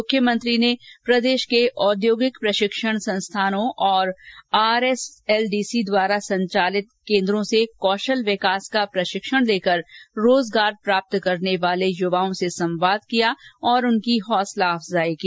मुख्यमंत्री ने प्रदेश के औद्योगिक प्रशिक्षण संस्थानों तथा आरएसएलडीसी द्वारा संचालित केन्द्रों से कौशल विकास का प्रशिक्षण लेकर रोजगार प्राप्त करने वाले युवाओं से संवाद किया और उनकी हौसल अफजाई की